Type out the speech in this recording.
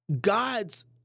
God's